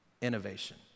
innovation